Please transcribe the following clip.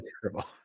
terrible